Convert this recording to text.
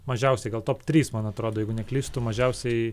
mažiausiai gal top trys man atrodo jeigu neklystu mažiausiai